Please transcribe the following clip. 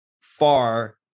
far